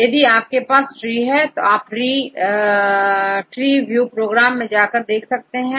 अब यदि आपके पास ट्री है तो आपTreeView प्रोग्राम पर जाकर देख सकते हैं